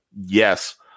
yes